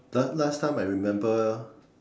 last last time I remember